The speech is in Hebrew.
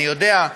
אני יודע.